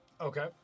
Okay